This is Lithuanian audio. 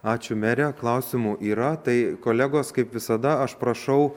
ačiū mere klausimų yra tai kolegos kaip visada aš prašau